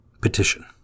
Petition